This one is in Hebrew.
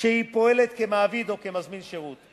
כשהיא פועלת כמעביד או כמזמין שירות,